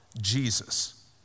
Jesus